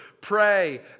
pray